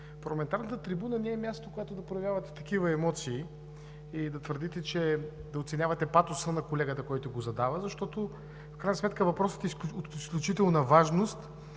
парламентарната трибуна не е място, където да проявявате такива емоции и да оценявате патоса на колегата, който го задава, защото в крайна сметка въпросът е от изключителна важност